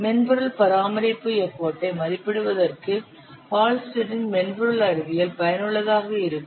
மென்பொருள் பராமரிப்பு எஃபர்ட் ஐ மதிப்பிடுவதற்கு ஹால்ஸ்டெட்டின் மென்பொருள் அறிவியல் பயனுள்ளதாக இருக்கும்